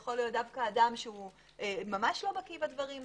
יכול להיות אדם שממש לא בקי בדברים האלה,